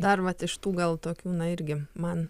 dar vat iš tų gal tokių na irgi man